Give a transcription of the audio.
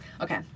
Okay